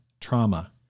trauma